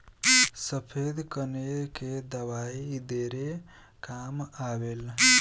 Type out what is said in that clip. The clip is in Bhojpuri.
सफ़ेद कनेर के दवाई ढेरे काम आवेल